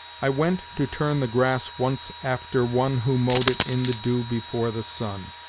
i went to turn the grass once after one who mowed it in the dew before the sun.